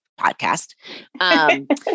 podcast